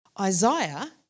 Isaiah